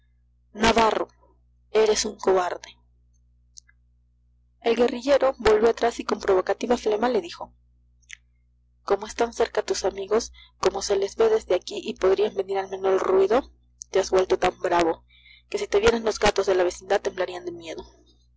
navarro eres un cobarde el guerrillero volvió atrás y con provocativa flema le dijo como están cerca tus amigos como se les ve desde aquí y podrían venir al menor ruido te has vuelto tan bravo que si te vieran los gatos de la vecindad temblarían de miedo